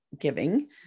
giving